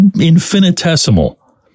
infinitesimal